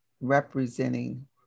representing